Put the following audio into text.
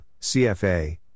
CFA